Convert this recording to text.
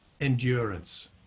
endurance